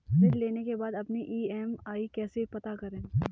ऋण लेने के बाद अपनी ई.एम.आई कैसे पता करें?